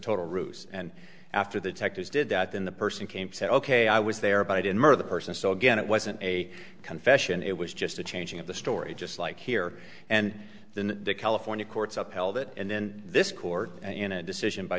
total ruse and after the texas did that then the person came said ok i was there but i didn't murder the person so again it wasn't a confession it was just a changing of the story just like here and then the california courts upheld it and then this court in a decision by